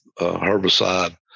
herbicide